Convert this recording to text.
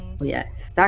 Yes